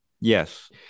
Yes